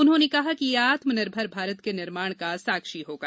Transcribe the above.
उन्होंने कहा कि यह आत्मनिर्भर भारत के निर्माण का साक्षी होगा